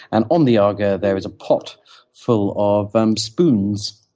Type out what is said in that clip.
and on the aga, there is a pot full of um spoons.